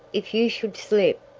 if you should slip